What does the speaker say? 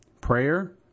Prayer